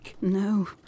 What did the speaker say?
No